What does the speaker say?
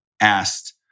asked